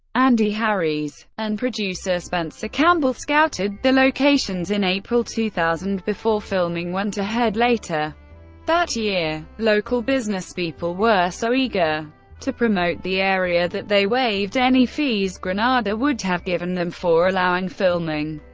andy harries and producer spencer campbell scouted the locations in april two thousand before filming went ahead later that year. local businesspeople were so eager to promote the area that they waived any fees granada would have given them for allowing filming,